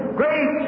great